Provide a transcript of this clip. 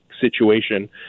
situation